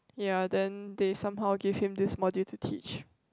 ya then they somehow give him this module to teach